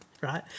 right